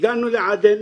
הגענו לעדן.